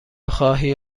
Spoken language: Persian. خواهی